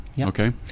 Okay